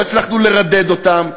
לא הצלחנו לרדד אותם,